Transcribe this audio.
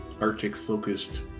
Arctic-focused